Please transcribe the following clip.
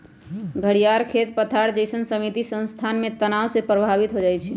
घरियार खेत पथार जइसन्न सीमित स्थान में तनाव से प्रभावित हो जाइ छइ